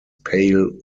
pale